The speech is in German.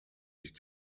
sich